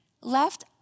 Left